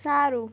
સારું